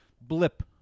blip